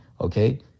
okay